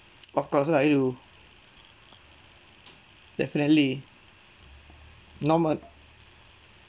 of course lah I will definitely normal